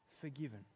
forgiven